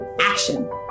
action